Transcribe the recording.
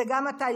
זה גם אתה,